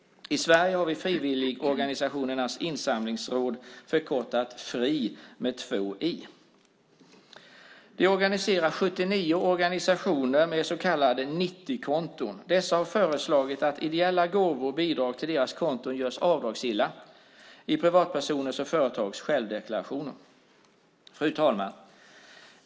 I Sverige har vi Frivilligorganisationernas Insamlingsråd, förkortat Frii. Det organiserar 79 organisationer med så kallade 90-konton. Dessa har föreslagit att ideella gåvor och bidrag till deras konton görs avdragsgilla i privatpersoners och företags självdeklarationer. Fru talman!